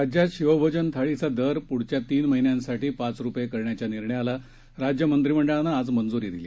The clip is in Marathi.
राज्यात शिवभोजन थाळीचा दर प्ढच्या तीन महिन्यांसाठी पाच रुपये करण्याच्या निर्णयाला राज्य मंत्रिमंडळानं आज मंज्री दिली